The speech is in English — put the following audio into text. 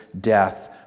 death